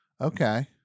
Okay